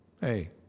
hey